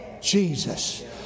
Jesus